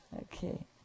Okay